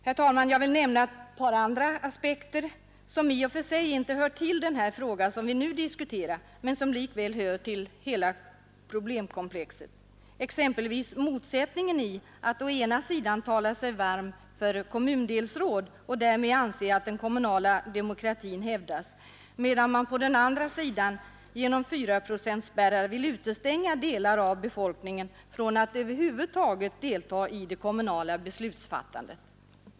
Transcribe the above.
Herr talman, jag vill nämna ett par andra aspekter, som i och för sig inte hör till den fråga vi nu diskuterar, men som likväl hör till hela problemkomplexet. Exempelvis motsättningen i att å ena sidan tala sig varm för kommundelsråd och därmed anse att den kommunala demokratin hävdas, medan man på den andra sidan genom 4-procentspärrar vill utestänga delar av befolkningen från att över huvud taget delta i det kommunala beslutsfattandet.